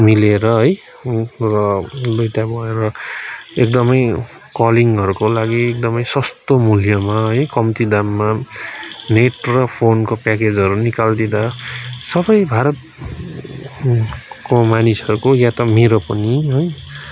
मिलेर है र दुईवटा भएर एकदमै कलिङहरूको लागि एकदमै सस्तो मूल्यमा है कम्ती दाममा नेट र फोनको प्याकेजहरू निकालिदिँदा सबै भारतको मानिसहरूको या त मेरो पनि है